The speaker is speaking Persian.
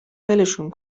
ولشون